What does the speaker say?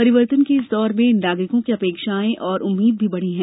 परिवर्तन के इस दौर में नागरिकों की अपेक्षाएँ और उम्मीद भी बढ़ी हैं